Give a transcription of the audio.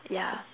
ya